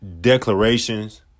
declarations